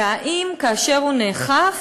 וכאשר הוא נאכף,